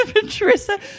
Patricia